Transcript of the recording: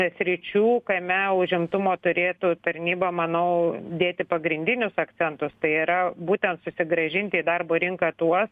sričių kame užimtumo turėtų tarnyba manau dėti pagrindinius akcentus tai yra būtent susigrąžinti į darbo rinką tuos